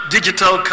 Digital